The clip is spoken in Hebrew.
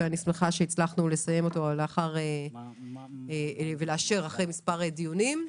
ואני שמחה שהצלחנו לסיים אותו ולאשר לאחר מספר דיונים.